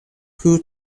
who